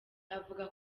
avuga